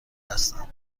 هستم